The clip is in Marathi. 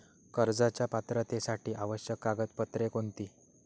कर्जाच्या पात्रतेसाठी आवश्यक कागदपत्रे कोणती?